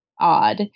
odd